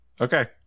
Okay